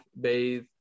bathe